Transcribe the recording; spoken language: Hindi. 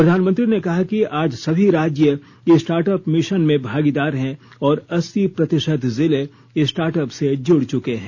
प्रधानमंत्री ने कहा कि आज सभी राज्य स्टार्टअप मिशन में भागीदार हैं और अस्सी प्रतिशत जिले स्टार्टअप से जुड़ चुके हैं